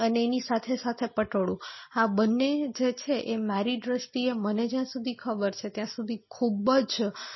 અને એની સાથે સાથે પટોળું આ બંને જે છે એ મારી દૃષ્ટિએ મને જ્યાં સુધી ખબર છે ત્યાં સુધી ખૂબ જ